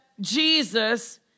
Jesus